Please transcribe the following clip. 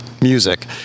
music